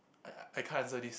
I I can't answer this